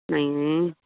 नहीं नहीं